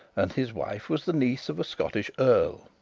and his wife was the niece of a scottish earl.